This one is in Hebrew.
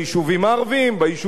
ביישובים הדרוזיים,